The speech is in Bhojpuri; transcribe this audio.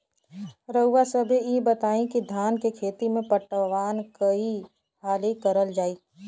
रउवा सभे इ बताईं की धान के खेती में पटवान कई हाली करल जाई?